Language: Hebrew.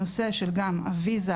הנושא של גם הוויזה,